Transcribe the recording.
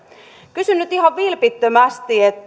kysyn nyt ihan vilpittömästi